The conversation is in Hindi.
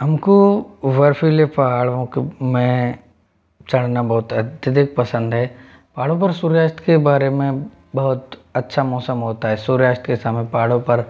हमको बर्फीले पहाड़ों में चढ़ना बहुत अत्यधिक पसंद है पहाड़ों पे सूर्यास्त के बारे में बहुत अच्छा मौसम होता है सूर्यास्त के समय पहाड़ों पर